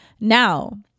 now